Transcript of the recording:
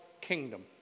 kingdom